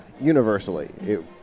Universally